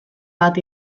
bat